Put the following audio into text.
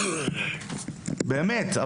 באמת.